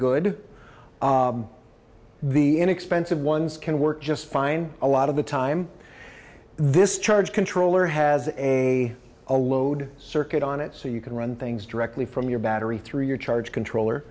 good the inexpensive ones can work just fine a lot of the time this charge controller has a a load circuit on it so you can run things directly from your battery through your charge controller